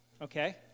Okay